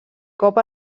cop